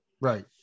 Right